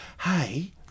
Hey